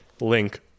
link